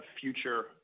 future